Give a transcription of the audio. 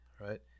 right